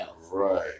Right